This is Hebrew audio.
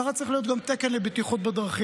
ככה צריך להיות גם תקן לבטיחות בדרכים.